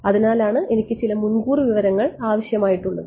അതിനാലാണ് എനിക്ക് ചില മുൻകൂർ വിവരങ്ങൾ ആവശ്യമായിട്ടുള്ളത്